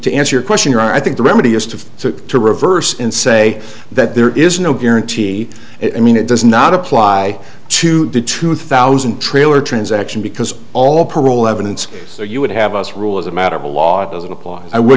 to answer your question or i think the remedy is to to to reverse and say that there is no guarantee that i mean it does not apply to true thousand trailer transaction because all parole evidence or you would have us rule as a matter of the law doesn't apply i w